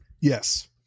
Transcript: Yes